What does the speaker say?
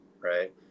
right